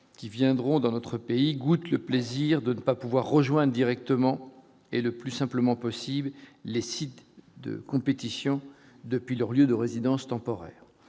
qui viendront dans notre pays, goûte le plaisir de ne pas pouvoir rejoint directement et le plus simplement possible les sites de compétition depuis leur lieu de résidence temporaire,